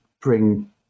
bring